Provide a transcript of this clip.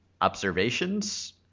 observations